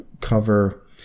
cover